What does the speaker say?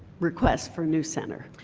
request for new center.